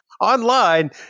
Online